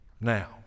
Now